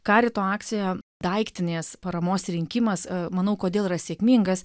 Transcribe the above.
karito akcija daiktinės paramos rinkimas manau kodėl yra sėkmingas